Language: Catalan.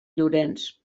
llorenç